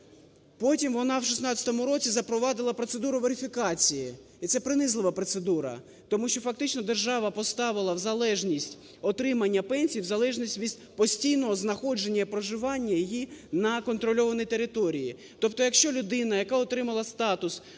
потім вона в 16-му році запровадила процедуру верифікації. І це принизлива процедура. Тому що фактично держава поставила в залежність отримання пенсій в залежності постійного знаходження і проживання її на контрольованій території. Тобто, якщо людина, яка отримала статус